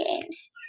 games